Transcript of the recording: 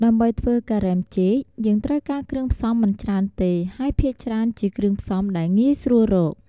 ដើម្បីធ្វើការ៉េមចេក យើងត្រូវការគ្រឿងផ្សំមិនច្រើនទេ ហើយភាគច្រើនជាគ្រឿងផ្សំដែលងាយស្រួលរក។